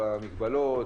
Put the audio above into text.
במגבלות,